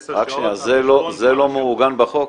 עשר שעות על חשבון --- זה לא מעוגן בחוק?